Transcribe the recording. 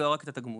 ולא רק את התגמול.